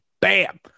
Bam